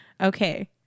Okay